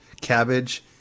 cabbage